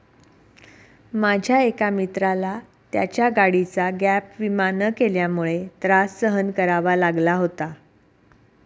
माझ्या एका मित्राला त्याच्या गाडीचा गॅप विमा न केल्यामुळे त्रास सहन करावा लागला होता